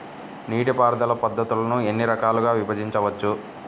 నీటిపారుదల పద్ధతులను ఎన్ని రకాలుగా విభజించవచ్చు?